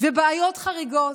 ובעיות חריגות,